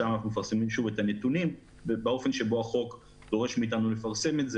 שם אנחנו מפרסמים את הנתונים באופן שבו החוק דורש מאיתנו לפרסם את זה,